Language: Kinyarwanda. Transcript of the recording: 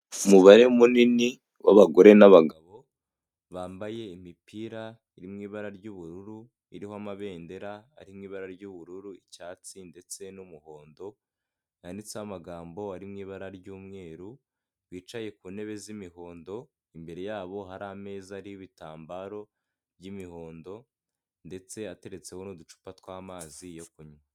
Umubare munini w'abagore n'abagabo, bambaye imipira iri mu ibara ry'ubururu, iriho amabendera ari mu ibara ry'ubururu, icyatsi ndetse n'umuhondo, yanditseho amagambo ari mu ibara ry'umweru, bicaye ku ntebe z'imihondo, imbere yabo hari ameza ariho ibitambaro by'imihondo ndetse ateretseho n'uducupa tw'amazi yo kunywa.